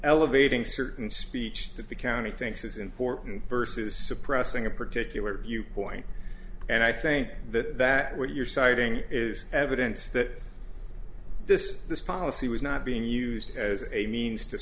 elevating certain speech that the county thinks is important versus suppressing a particular viewpoint and i think that that what you're citing is evidence that this this policy was not being used as a means to